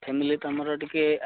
family ତମର ଟିକେ